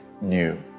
new